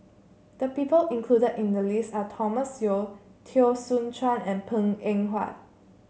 the people included in the list are Thomas Yeo Teo Soon Chuan and Png Eng Huat